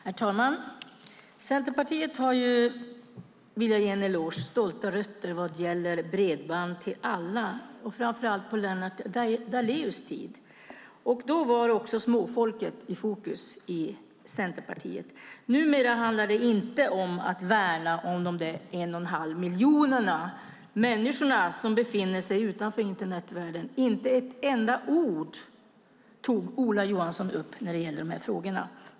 Herr talman! Centerpartiet har - det vill jag ge en eloge för - stolta rötter vad gäller bredband till alla, framför allt på Lennart Daléus tid. Då var också småfolket i fokus i Centerpartiet. Numera handlar det inte om att värna om de en och en halv miljoner människor som befinner sig utanför Internetvärlden. Inte med ett enda ord tog Ola Johansson upp de här frågorna.